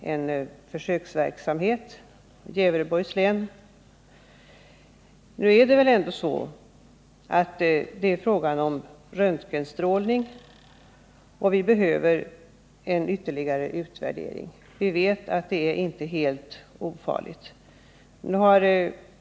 En försöksverksamhet har ägt rum i Östergötlands län, Gävleborgs län och Kopparbergs län. Här är det emellertid fråga om röntgenstrålning, och vi behöver ytterligare utvärdering. Vi vet att det inte är helt ofarligt.